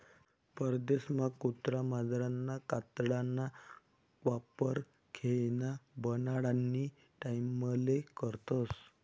परदेसमा कुत्रा मांजरना कातडाना वापर खेयना बनाडानी टाईमले करतस